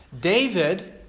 David